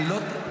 מה טוב לך?